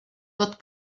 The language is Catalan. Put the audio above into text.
tot